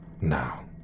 Now